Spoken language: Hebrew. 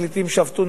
הפרקליטים שבתו,